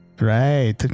Right